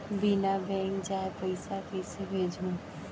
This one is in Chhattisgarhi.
बिना बैंक जाये पइसा कइसे भेजहूँ?